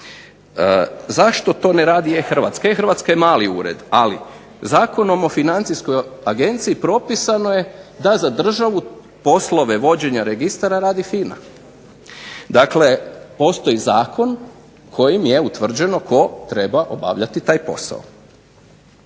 Zašto to ne radi e-Hrvatska? E-Hrvatska je mali ured, ali Zakonom o financijskoj agenciji propisano je da za državu poslove vođenje registra radi FINA. Dakle, postoji zakon kojim je utvrđeno tko treba obavljati taj posao.